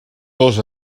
dos